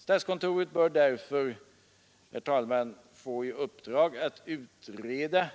Statskontoret bör därför, herr talman, få i uppdrag att utreda